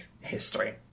history